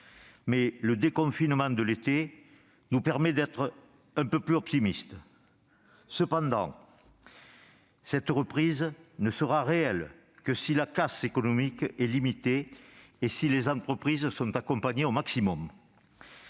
mais le déconfinement de l'été nous permet d'être un peu plus optimistes. Cependant, cette reprise ne sera réelle que si la casse économique est limitée et si les entreprises sont accompagnées au maximum.